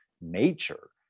nature